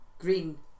Green